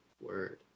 word